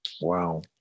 Wow